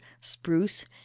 spruce